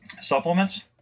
supplements